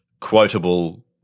quotable